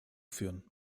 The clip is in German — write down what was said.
führen